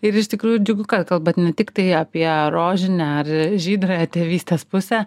ir iš tikrųjų džiugu kad kalbat ne tiktai apie rožinę ar žydrąją tėvystės pusę